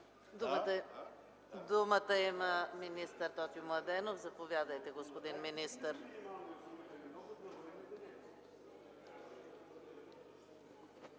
Думата има министър Тотю Младенов. Заповядайте, господин министър.